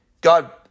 God